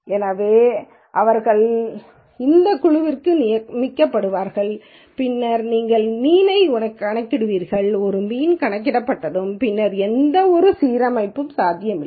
எனவே அவர்கள் இந்த குழுவிற்கு நியமிக்கப்படுவார்கள் பின்னர் நீங்கள் மீன்யைக் கணக்கிடுவீர்கள் ஒரு மீன் கணக்கிடப்பட்டதும் பின்னர் எந்தவொரு மறுசீரமைப்பும் சாத்தியமில்லை